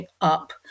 up